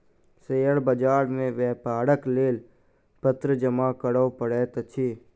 share बाजार मे व्यापारक लेल पत्र जमा करअ पड़ैत अछि